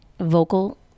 vocal